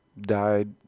died